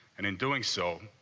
and in doing so,